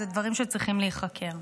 אלו דברים שצריכים להיחקר.